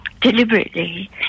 deliberately